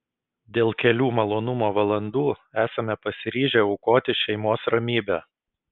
dėl kelių malonumo valandų esame pasiryžę aukoti šeimos ramybę